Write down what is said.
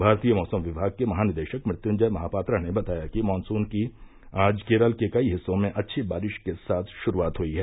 भारतीय मौसम विभाग के महानिदेशके मृत्युंजय महापात्रा ने बताया कि मानसून की आज केरल के कई हिस्सों में अच्छी बारिश के साथ शुरूआत हुयी है